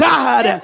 God